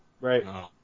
Right